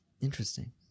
Interesting